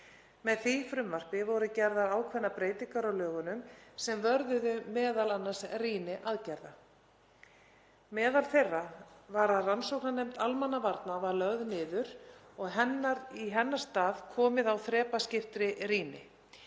Með því frumvarpi voru gerðar ákveðnar breytingar á lögunum sem vörðuðu m.a. rýni aðgerða. Meðal þeirra var að rannsóknarnefnd almannavarna var lögð niður og í hennar stað komið á þrepaskiptri rýni.